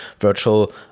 virtual